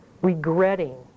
regretting